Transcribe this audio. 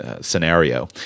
scenario